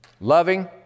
Loving